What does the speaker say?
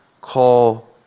call